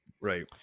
Right